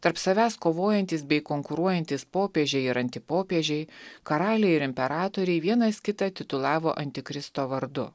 tarp savęs kovojantys bei konkuruojantys popiežiai ir anti popiežiai karaliai ir imperatoriai vienas kitą titulavo antikristo vardu